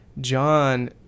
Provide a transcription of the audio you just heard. John